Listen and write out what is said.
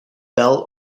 bell